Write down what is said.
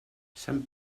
sant